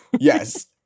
Yes